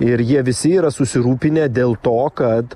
ir jie visi yra susirūpinę dėl to kad